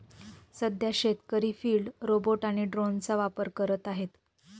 सध्या शेतकरी field robot आणि ड्रोनचा वापर करत आहेत